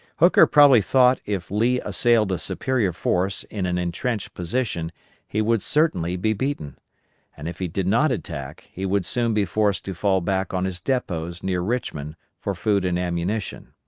hooker probably thought if lee assailed a superior force in an intrenched position he would certainly be beaten and if he did not attack he would soon be forced to fall back on his depots near richmond for food and ammunition.